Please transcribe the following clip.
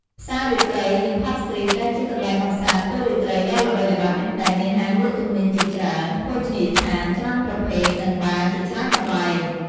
ផ្សាររាត្រីនិងផាប់ស្ទ្រីត ដែលជាកន្លែងកម្សាន្តពេលរាត្រីដ៏ល្បីល្បាញ ដែលមានហាងលក់ទំនិញជាច្រើន ភោជនីយដ្ឋានច្រើនប្រភេទ និងបារ ជាច្រើនកន្លែង។